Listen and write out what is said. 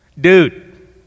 Dude